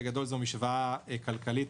זאת משוואה כלכלית,